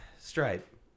Stripe